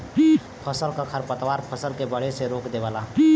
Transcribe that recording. फसल क खरपतवार फसल के बढ़े से रोक देवेला